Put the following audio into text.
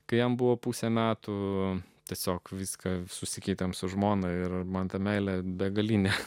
kai jam buvo pusę metų tiesiog viską susikeitėme su žmona ir man tą meilę begalinę